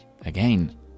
again